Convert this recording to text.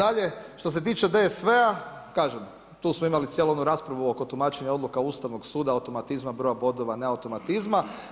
Nadlje, što se tiče DSV-a, kažem tu smo imali cijelu onu raspravu oko tumačenja odluka Ustavnog suda, automatizma, broja bodova, neautomatizma.